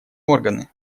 органы